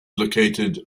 located